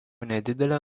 nedidelė